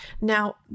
Now